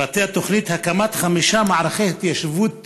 פרטי התוכנית: הקמת חמישה מערכי התיישבות